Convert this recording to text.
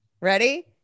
Ready